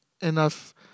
enough